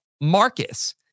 Marcus